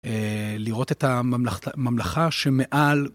לראות את הממלכה שמעל.